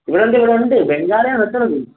ഇവിടെ ഉണ്ട് ഇവിടെ ഉണ്ട് ബംഗാളിയാണ് വെട്ടുന്നത്